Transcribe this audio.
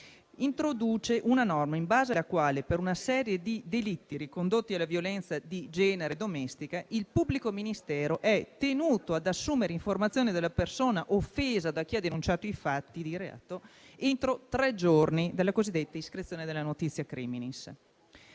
introduce una norma in base alla quale, per una serie di delitti, ricondotti alla violenza di genere e domestica, il pubblico ministero è tenuto ad assumere informazioni dalla persona offesa e da chi ha denunciato i fatti di reato entro il termine di tre giorni dall'iscrizione della *notitia criminis.*